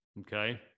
Okay